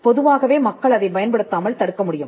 பொதுவாகவே மக்கள் அதை பயன்படுத்தாமல் தடுக்க முடியும்